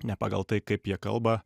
ne pagal tai kaip jie kalba